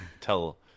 tell